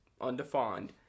undefined